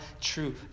true